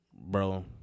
bro